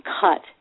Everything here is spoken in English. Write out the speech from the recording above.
cut